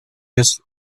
his